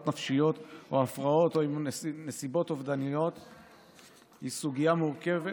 נפשיות או הפרעות או נסיבות אובדניות היא סוגיה מורכבת.